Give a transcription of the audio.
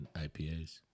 IPAs